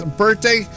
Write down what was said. birthday